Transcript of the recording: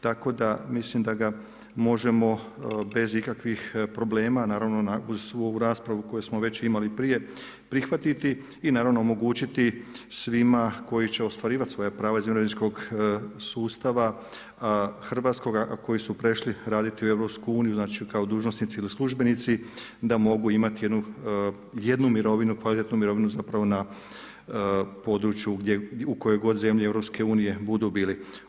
Tako da mislim da ga možemo bez ikakvih problema naravno uz svu ovu raspravu koju smo već imali prije prihvatiti i naravno omogućiti svima koji će ostvarivat svoja prava iz mirovinskog sustava hrvatskoga, a koji su prešli raditi u EU, znači kao dužnosnici ili službenici da mogu imati jednu mirovinu, kvalitetnu mirovinu zapravo na području u kojoj god zemlji EU budu bili.